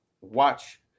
watch